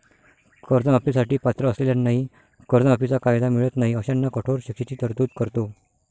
कर्जमाफी साठी पात्र असलेल्यांनाही कर्जमाफीचा कायदा मिळत नाही अशांना कठोर शिक्षेची तरतूद करतो